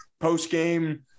post-game